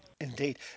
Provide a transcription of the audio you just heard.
Indeed